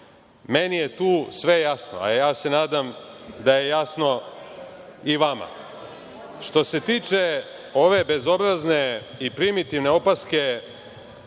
meni je tu sve jasno. Ja se nadam da je jasno i vama. Što se tiče ove bezobrazne i primitivne opaske